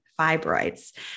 fibroids